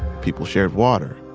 people shared water.